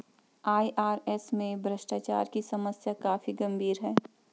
IRS में भ्रष्टाचार की समस्या काफी गंभीर है